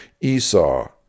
Esau